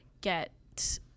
get